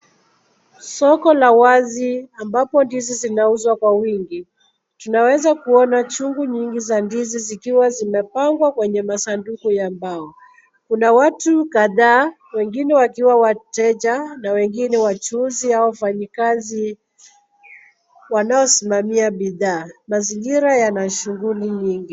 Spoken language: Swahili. Soko la wazi ambapo ndizi zinauzwa kwa wingi. Tunaweza kuona chungu nyingi za ndizi zikiwa zimepangwa kwenye masanduku ya mbao. Kuna watu kadhaa wengine wakiwa wateja na wengine wachuuzi au wafanyikazi wanaosimamia bidhaa. Mazingira yana shughuli nyingi.